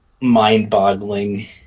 mind-boggling